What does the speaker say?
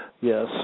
yes